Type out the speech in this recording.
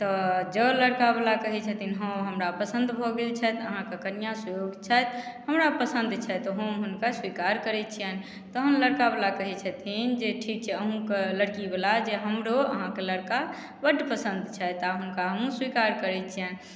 तऽ जऽ लड़का बला कहै छथिन हँ हमरा पसन्द भऽ गेल छथि अहाँके कन्या सुयोग्य छथि हमरा पसन्द छथि हम हुनका स्वीकार करै छियनि तहन लड़का वाला कहै छथिन जे ठीक छै अहूँके लड़की बला जे हमरो अहाँके लड़का बड्ड पसन्द छथि आ हुनका हमहूँ स्वीकार करै छियनि